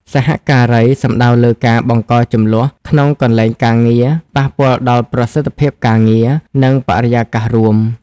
សហការីសំដៅលើការ បង្កជម្លោះក្នុងកន្លែងការងារ ប៉ះពាល់ដល់ប្រសិទ្ធភាពការងារ និងបរិយាកាសរួម។